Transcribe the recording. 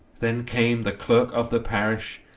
then came the clerk of the parish,